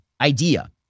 idea